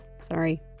Sorry